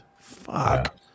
Fuck